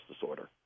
disorder